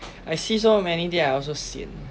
I see so many day I also sian